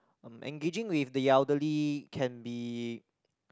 um engaging with the elderly can be